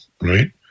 right